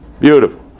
Beautiful